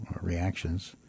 reactions